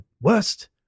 worst